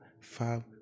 five